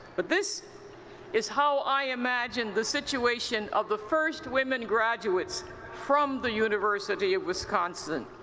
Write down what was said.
but this is how i imagine the situation of the first women graduates from the university of wisconsin.